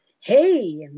Hey